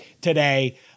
today